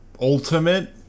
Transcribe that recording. ultimate